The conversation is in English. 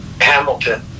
Hamilton